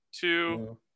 two